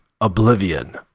Oblivion